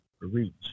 reach